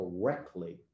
correctly